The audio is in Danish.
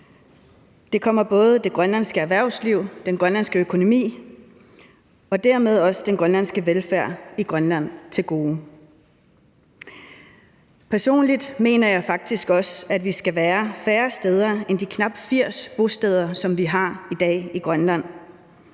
Det kommer både det grønlandske erhvervsliv, den grønlandske økonomi og dermed også den grønlandske velfærd i Grønland til gode. Personligt mener jeg faktisk også, at vi skal være færre steder end de knap 80 bosteder, som vi har i dag i Grønland.